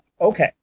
Okay